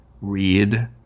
read